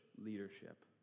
leadership